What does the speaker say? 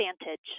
advantage